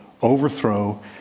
overthrow